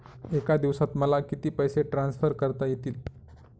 एका दिवसात मला किती पैसे ट्रान्सफर करता येतील?